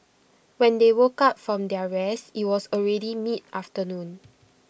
when they woke up from their rest IT was already mid afternoon